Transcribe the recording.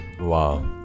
wow